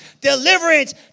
deliverance